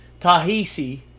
Tahisi